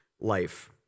life